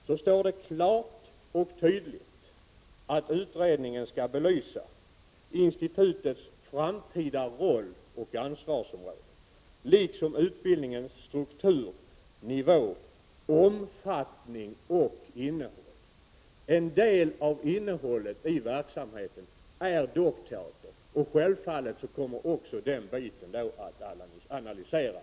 Det står klart och tydligt att den utredning som arbetar skall belysa institutets framtida roll och ansvarsområde liksom utbildningens struktur, nivå, omfattning och innehåll. En del av innehållet i verksamheten är dockteatern. Självfallet kommer den frågan att analyseras.